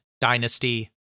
Dynasty